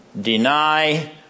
Deny